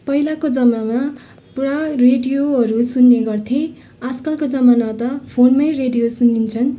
पहिलाको जमानामा पुरा रेडियोहरू सुन्ने गर्थे आजकलको जमानमा त फोनमै रेडियो सुनिन्छन्